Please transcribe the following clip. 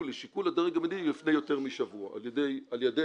לשיקול הדרג המדיני לפני יותר משבוע על ידינו,